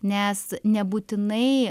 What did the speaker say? nes nebūtinai